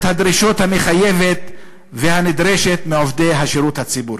הדרישות המחייבת והנדרשת מעובדי השירות הציבורי."